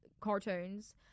cartoons